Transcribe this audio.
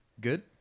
good